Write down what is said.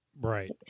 Right